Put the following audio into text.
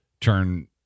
turn